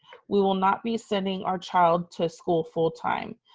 we will not be sending our child to school full time.